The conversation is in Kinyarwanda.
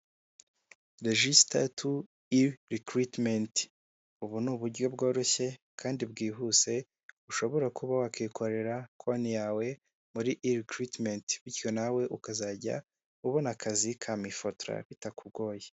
Rejisita tu i rekiriyimenti, ubu ni uburyo bworoshye kandi bwihuse ushobora kuba wakikorera konti yawe, muri i rekiriyimenti, bityo nawe ukazajya ubona akazi ka mifotara bitakugoye.